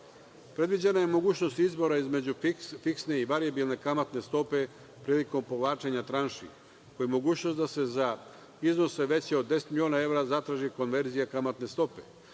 projekte. Predviđena je mogućnost izbora između fiksne i varijabilne kamatne stope prilikom povlačenja tranši koja omogućuje da se za iznose veće od deset miliona evra zatraži konverzija kamatne stope,